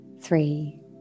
three